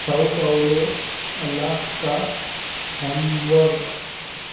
sau paulo alaska hamburg